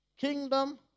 kingdom